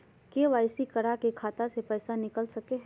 KYC करा के खाता से पैसा निकल सके हय?